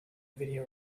video